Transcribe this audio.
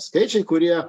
skaičiai kurie